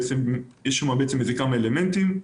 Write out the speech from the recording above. יש בה כמה אלמנטים.